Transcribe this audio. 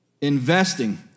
Investing